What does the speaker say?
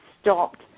stopped